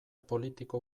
politiko